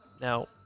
Now